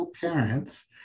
parents